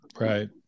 right